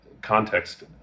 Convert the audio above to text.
context